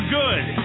good